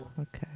okay